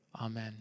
Amen